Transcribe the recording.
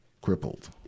crippled